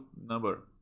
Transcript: number